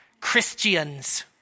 Christians